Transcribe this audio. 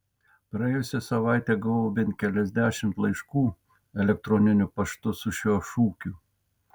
praėjusią savaitę gavau bent keliasdešimt laiškų elektoriniu paštu su šiuo šūkiu